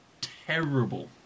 terrible